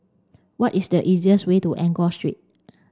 what is the easiest way to Enggor Street